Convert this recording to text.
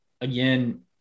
again